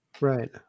Right